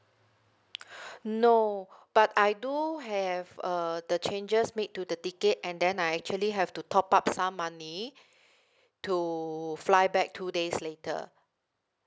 no but I do have uh the changes made to the ticket and then I actually have to top up some money to fly back two days later